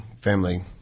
family